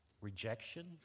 rejection